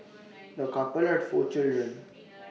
the couple had four children